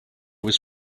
was